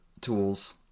tools